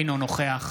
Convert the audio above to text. אינו נוכח